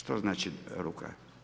Što znači ruka?